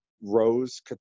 Rose